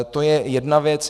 To je jedna věc.